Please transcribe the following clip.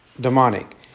demonic